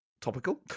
topical